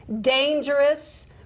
dangerous